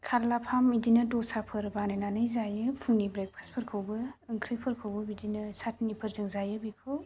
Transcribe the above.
खारलाफाम बिदिनो दसाफोर बानायनानै जायो फुंनि ब्रेकफास्टफोरखौबो ओंख्रिफोरखौबो बिदिनो चाटनिफोरजों जायो बेखौ